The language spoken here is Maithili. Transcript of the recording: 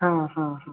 हँ हँ हँ